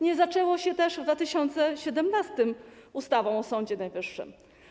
Nie zaczęło się też w 2017 r. ustawą o Sądzie Najwyższym.